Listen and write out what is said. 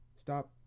stop